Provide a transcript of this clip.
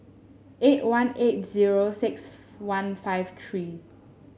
eight one eight zero six one five three